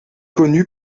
connu